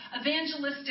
evangelistic